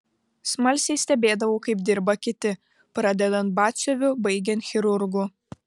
smalsiai stebėdavau kaip dirba kiti pradedant batsiuviu baigiant chirurgu